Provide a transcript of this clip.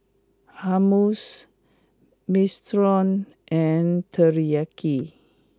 Hummus Minestrone and Teriyaki